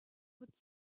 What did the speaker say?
would